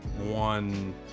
one